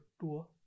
tour